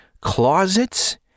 closets